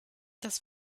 das